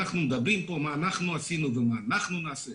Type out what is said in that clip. אנחנו מדברים פה מה אנחנו עשינו ומה אנחנו נעשה,